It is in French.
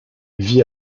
vit